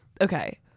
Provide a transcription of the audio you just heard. okay